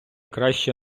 краще